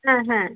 হ্যাঁ হ্যাঁ